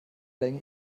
länge